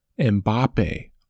Mbappe